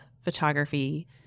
photography